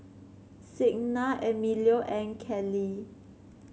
Signa Emilio and Kelli